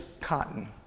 cotton